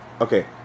Okay